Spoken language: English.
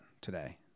today